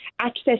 access